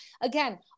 again